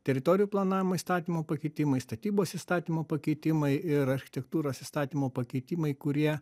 teritorijų planavimo įstatymo pakeitimai statybos įstatymo pakeitimai ir architektūros įstatymo pakeitimai kurie